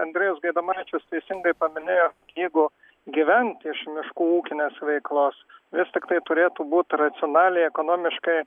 andrejus gaidamavičius teisingai paminėjo jeigu gyvent iš miško ūkinės veiklos vis tiktai turėtų būt racionaliai ekonomiškai